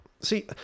See